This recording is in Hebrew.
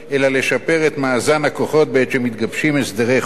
אלא לשפר את מאזן הכוחות בעת שמתגבשים הסדרי חוב,